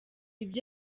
ibyo